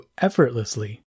effortlessly